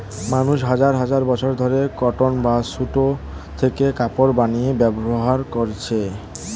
মানুষ হাজার হাজার বছর ধরে কটন বা সুতো থেকে কাপড় বানিয়ে ব্যবহার করছে